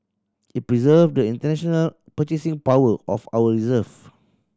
it preserve the international purchasing power of our reserve